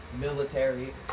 military